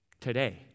today